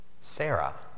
Sarah